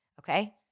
Okay